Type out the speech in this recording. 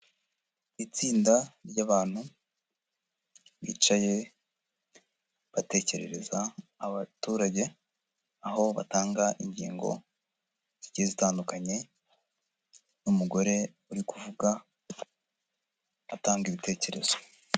Itsinda ry'abantu bicaye batekerereza abaturage, aho batanga ingingo zigiye zitandukanye, n'umugore uri kuvuga, atanga ibitekerezo.